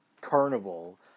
carnival